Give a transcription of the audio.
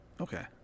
Okay